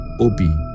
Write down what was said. Obi